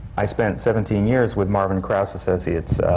i spent seventeen years with marvin kraus associates.